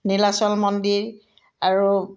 নীলাচল মন্দিৰ আৰু